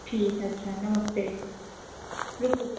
ठीक है अच्छा नमस्ते रुको